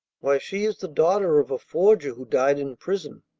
why, she is the daughter of a forger who died in prison.